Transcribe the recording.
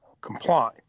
comply